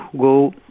go